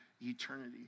eternity